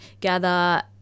gather